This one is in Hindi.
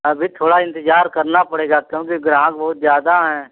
अभी थोड़ा इंतजार करना पड़ेगा क्योंकि ग्राहक बहुत ज्यादा हैं